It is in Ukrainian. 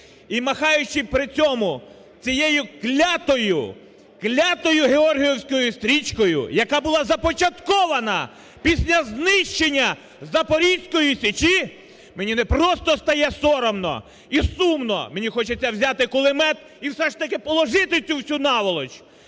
і махаючи при цьому цією клятою, клятою георгіївською стрічкою, яка була започаткована після знищення Запорізької Січі, мені не просто стає соромно і сумно, мені хочеться взяти кулемет і все ж таки положити цю всю наволоч!